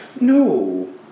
No